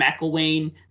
McIlwain